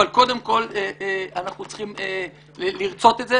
אבל קודם כול אנחנו צריכים לרצות את זה